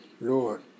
Lord